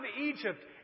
Egypt